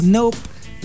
Nope